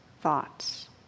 thoughts